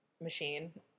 machine